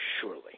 Surely